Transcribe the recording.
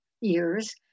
years